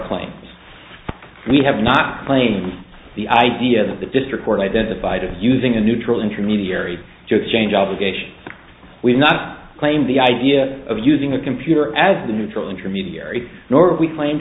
claims we have not claimed the idea that the district court identified as using a neutral intermediary to exchange obligations we cannot claim the idea of using a computer as a neutral intermediary nor we claim